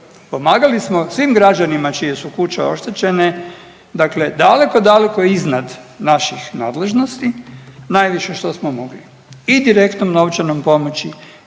Pomagali smo svim građanima čije su kuće oštećene, dakle daleko, daleko iznad naših nadležnosti najviše što smo mogli i direktnom novčanom pomoći,